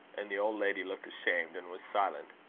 and the old lady looked ashamed, and was silent.